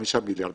כחמישה מיליארד.